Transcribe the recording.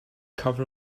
cover